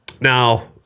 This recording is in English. Now